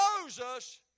Moses